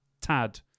tad